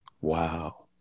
Wow